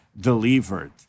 delivered